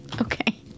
Okay